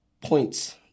points